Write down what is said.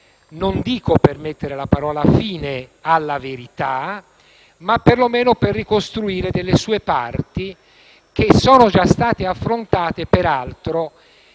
non dico per mettere la parola fine alla verità, ma perlomeno per ricostruirne delle parti, che peraltro sono già state affrontate dalle